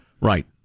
Right